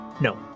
No